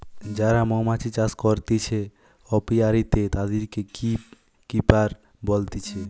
যারা মৌমাছি চাষ করতিছে অপিয়ারীতে, তাদিরকে বী কিপার বলতিছে